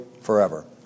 forever